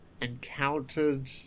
encountered